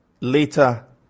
later